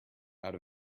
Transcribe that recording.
out